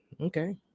Okay